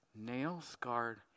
nail-scarred